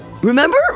Remember